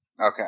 Okay